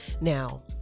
now